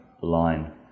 line